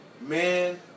man